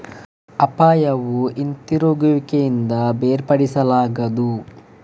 ಅಪಾಯವು ಹಿಂತಿರುಗುವಿಕೆಯಿಂದ ಬೇರ್ಪಡಿಸಲಾಗದು